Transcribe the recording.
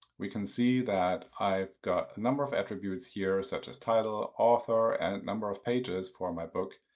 we can see that i've got a number of attributes here such as title, author, and number of pages for my book.